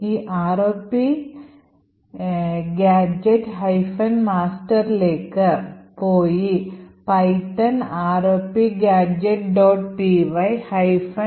ഈ ROP ROPGadget masterലേക്ക് പോയി python ROPgadget